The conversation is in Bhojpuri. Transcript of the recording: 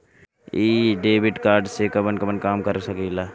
इ डेबिट कार्ड से कवन कवन काम कर सकिला?